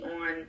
on